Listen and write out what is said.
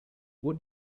what